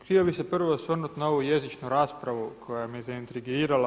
Htio bih se prvo osvrnuti na ovu jezičnu raspravu koja me zaintrigirala.